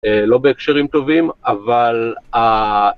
לא בהקשרים טובים, אבל...